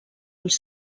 ulls